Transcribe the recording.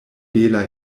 bela